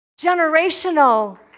generational